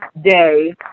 day